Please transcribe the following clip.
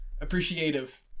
Appreciative